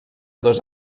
dos